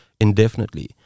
indefinitely